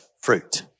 fruit